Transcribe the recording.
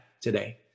today